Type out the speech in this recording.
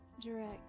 direct